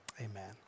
amen